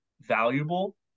valuable